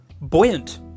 buoyant